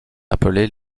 appelés